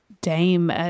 Dame